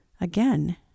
Again